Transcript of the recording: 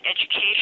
education